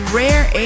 rare